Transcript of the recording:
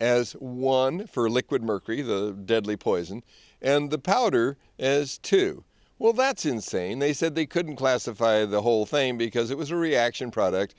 as one for liquid mercury the deadly poison and the powder as to well that's insane they said they couldn't classify the whole thing because it was a reaction product